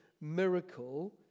Miracle